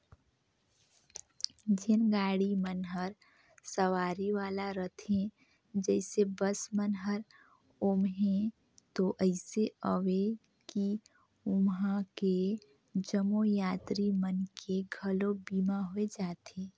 जेन गाड़ी मन हर सवारी वाला रथे जइसे बस मन हर ओम्हें तो अइसे अवे कि वंहा के जम्मो यातरी मन के घलो बीमा होय जाथे